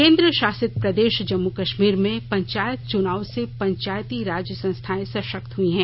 केंद्र शासित प्रदेश जम्मू कश्मीर में पंचायत चुनाव से पंचायती राज संस्थाएं सशक्त हुई हैं